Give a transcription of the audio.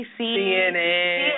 CNN